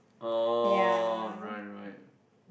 yeah